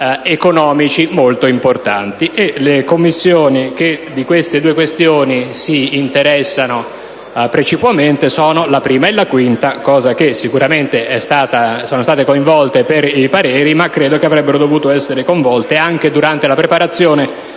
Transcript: economici molto importanti. Le Commissioni che di queste due questioni si interessano precipuamente sono la 1a e la 5a, che sono state coinvolte per i pareri, ma che credo avrebbero dovuto essere coinvolte anche durante la preparazione